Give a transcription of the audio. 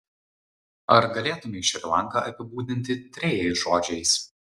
ar galėtumei šri lanką apibūdinti trejais žodžiais